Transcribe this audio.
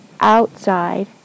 outside